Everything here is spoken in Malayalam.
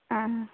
ആ